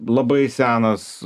labai senas